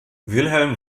wilhelm